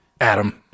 Adam